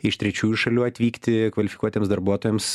iš trečiųjų šalių atvykti kvalifikuotiems darbuotojams